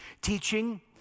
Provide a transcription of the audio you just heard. Teaching